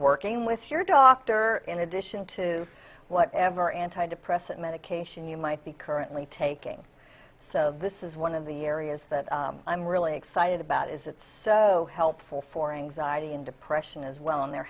working with your doctor in addition to whatever anti depressant medication you might be currently taking so this is one of the areas that i'm really excited about is it's so helpful for anxiety and depression as well and there